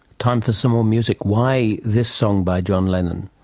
time for some more music. why this song by john lennon?